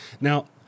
now